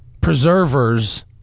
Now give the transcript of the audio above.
preservers